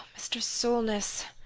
mr. solness,